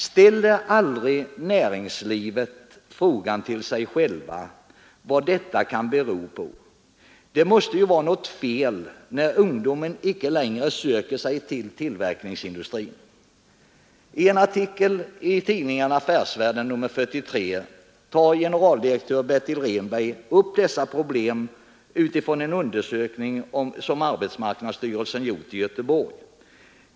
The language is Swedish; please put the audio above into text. Ställer aldrig näringslivets företrädare frågan till sig själva vad detta kan bero på? Det måste ju vara något fel, när ungdomen icke längre söker sig till tillverkningsindustrin? I en artikel i tidningen Affärsvärlden, nr 43, tar generaldirektör Bertil Rehnberg upp dessa problem utifrån en undersökning som arbetsmarknadsstyrelsen gjort i Göteborg.